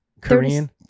Korean